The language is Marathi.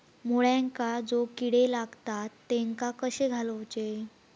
मुळ्यांका जो किडे लागतात तेनका कशे घालवचे?